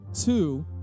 two